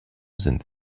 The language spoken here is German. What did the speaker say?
sind